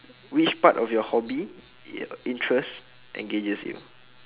which part of your hobby interest engages you